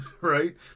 right